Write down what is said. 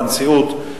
לנשיאות,